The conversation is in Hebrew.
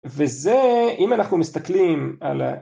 וזה אם אנחנו מסתכלים על.